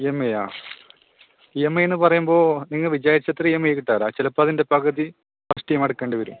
E M ഐയോ E M I എന്ന് പറയുമ്പോൾ നിങ്ങൾ വിചാരിച്ച അത്ര ഇ എം ഐ കിട്ടാറില്ല ചിലപ്പോൾ അതിൻ്റെ പകുതി ഫസ്റ്റ് ടൈം അടക്കേണ്ടി വരും